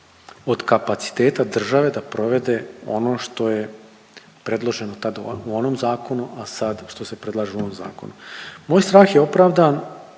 od kapaciteta države da provede ono što je predloženo tad u onom zakonu, a sad što se predlaže u ovom zakonu. Moj strah je opravdan,